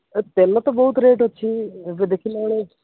ତେଲ ତ ବହୁତ ରେଟ୍ ଅଛି ଏବେ ଦେଖିଲା ବେଳେ